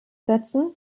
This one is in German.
setzen